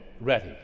ready